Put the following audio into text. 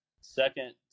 Second